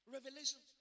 Revelation